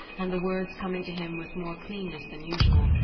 and, the words coming to him with more cleanness than usual,